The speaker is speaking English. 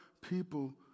people